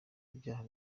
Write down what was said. ibyaha